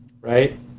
right